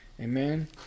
Amen